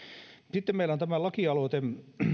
sitten meillä on lakialoite